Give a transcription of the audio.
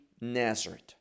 Nazareth